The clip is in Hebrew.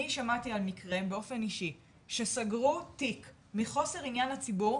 אני באופן אישי שמעתי על מקרה שסגרו תיק מחוסר עניין לציבור,